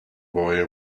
boy